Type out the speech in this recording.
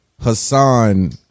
Hassan